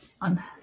on